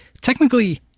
technically